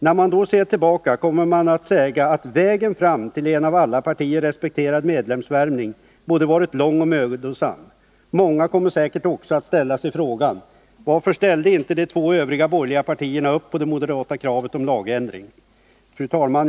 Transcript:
När man då ser tillbaka, kommer man att säga att vägen fram till en av alla partier respekterad medlemsvärvning varit både lång och mödosam. Många kommer säkert också att ställa sig frågan: ”Varför ställde inte de två övriga borgerliga partierna upp på det moderata kravet om lagändring?” Fru talman!